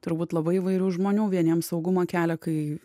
turbūt labai įvairių žmonių vieniem saugumą kelia kai